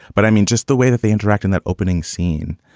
but i mean, just the way that they interact in that opening scene,